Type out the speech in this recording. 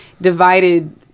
divided